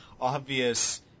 obvious